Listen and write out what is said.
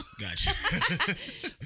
Gotcha